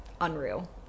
unreal